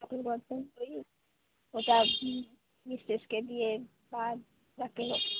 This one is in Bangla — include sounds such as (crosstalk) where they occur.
(unintelligible) ওই ওটা মিস্ট্রেসকে দিয়ে বা যাকে হোক